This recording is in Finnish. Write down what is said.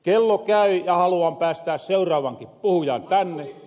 kello käy ja haluan päästää seuraavankin puhujan tänne